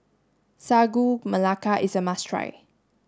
Sagu Melaka is a must try